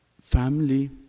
family